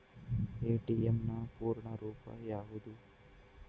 ATM ನ ಪೂರ್ಣ ರೂಪ ಯಾವುದು?